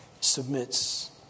submits